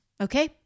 Okay